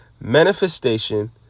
Manifestation